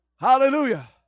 hallelujah